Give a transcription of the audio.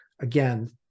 again